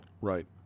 Right